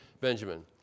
Benjamin